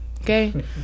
okay